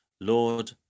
Lord